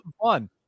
fun